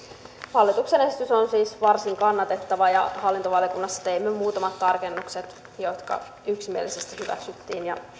hallituksen esitys on siis varsin kannatettava ja hallintovaliokunnassa teimme muutamat tarkennukset jotka yksimielisesti hyväksyttiin ja